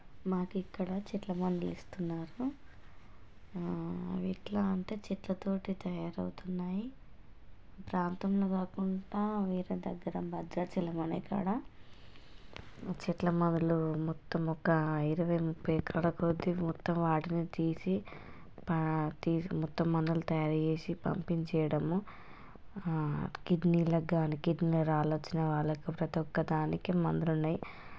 మాకిక్కడ చెట్ల మందులిస్తున్నారు అవి ఎట్లా అంటే చెట్ల తోటి తయారవుతున్నాయి ప్రాంతంలో కాకుండా వేరే దగ్గర భద్రాచలం అనే కాడ చెట్ల మొదల్లు మొత్తం ఒక ఇరవై ముప్పై కాడ కొద్దీ మొత్తం వాటిని తీసి పా తీసి మొత్తం మందులు తయారుచేసి పంపించేయడము కిడ్నీలగ్గాని కిడ్నీలో రాళ్ళు వచ్చిన వాళ్ళకు ప్రతి ఒక్క దానికి మందులు ఉన్నాయి